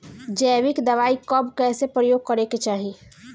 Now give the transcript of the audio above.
जैविक दवाई कब कैसे प्रयोग करे के चाही?